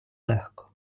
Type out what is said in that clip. легко